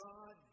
God